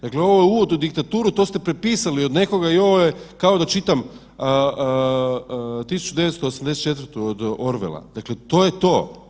Dakle ovo je uvod u diktaturu, to ste prepisali od nekoga i ovo je kao da čitam 1984. od Orwella, dakle to je to.